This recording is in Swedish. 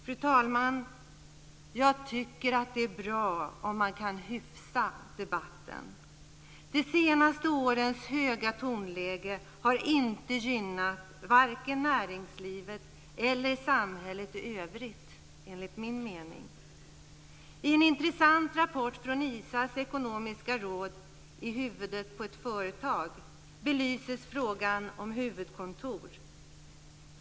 Fru talman! Jag tycker att det är bra om man kan hyfsa debatten. De senaste årens höga tonläge har enligt min mening inte gynnat vare sig näringslivet eller samhället i övrigt. I en intressant rapport från ISA:s ekonomiska råd, I huvudet på ett företag, belyses frågan om huvudkontor.